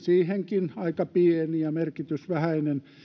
siihenkin aika pieni ja merkitys vähäinen